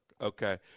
okay